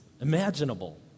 imaginable